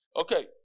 Okay